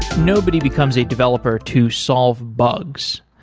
nobody becomes a developer to solve bugs.